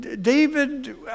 David